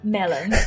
Melon